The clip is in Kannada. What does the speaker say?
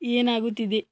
ಏನಾಗುತ್ತಿದೆ